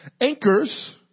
Anchors